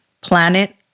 planet